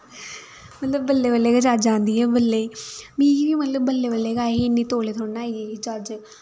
मतलब बल्लें बल्लें गै चज्ज आंदी ऐ बल्लें मिगी बी मतलब बल्लें बल्लें गै आई ही इन्नी तौले थोह्ड़े ना आई ही चज्ज